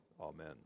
amen